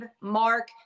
mark